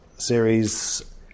series